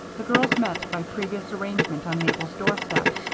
the girls met by previous arrangement on mabel's doorstep,